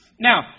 now